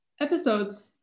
episodes